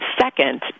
second